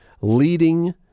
leading